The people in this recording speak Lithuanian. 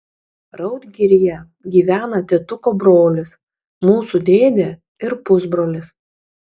raudgiryje gyvena tėtuko brolis mūsų dėdė ir pusbrolis